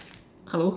hello